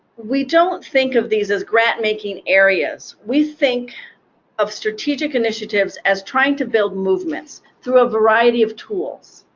we don't think of these as grant-making areas. we think of strategic initiatives as trying to build movements through a variety of tools.